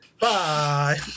Bye